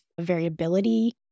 variability